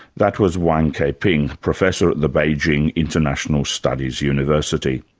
that was wang keping, professor at the beijing international studies university.